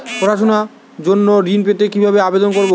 পড়াশুনা জন্য ঋণ পেতে কিভাবে আবেদন করব?